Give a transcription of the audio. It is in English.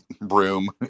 room